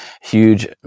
huge